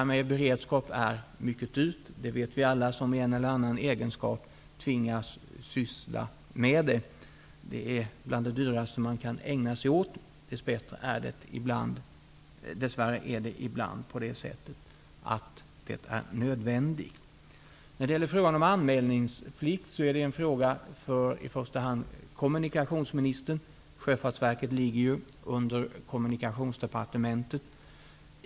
Vi alla som i en eller annan egenskap tvingas syssla med beredskap vet att det är mycket dyrt. Det är bland det dyraste man kan ägna sig åt. Dess värre är det ibland nödvändigt med beredskap. Anmälningsplikt är en fråga för i första hand kommunikationsministern. Sjöfartsverket ligger ju under Kommunikationsdepartementet.